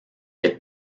est